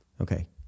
Okay